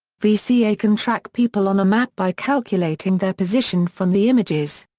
vca can track people on a map by calculating their position from the images.